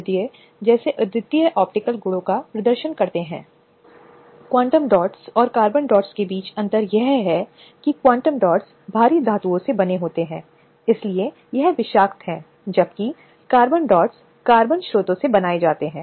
slide समय देखें 1732 उनकी कामकाजी महिलाएं भी कानून के तहत संरक्षण की हकदार हैं और इसलिए जो यौन उत्पीड़न के संबंध में शिकायत कर सकती है अब हम यहां क्या समझते हैं कि यह एक लिंग विशिष्ट विधान है जिसका उद्देश्य कार्यस्थल पर महिलाओं को सुरक्षा देना है